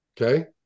Okay